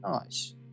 Nice